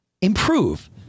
improve